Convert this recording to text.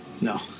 no